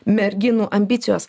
merginų ambicijos